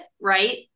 right